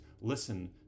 listen